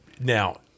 now